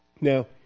Now